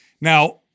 Now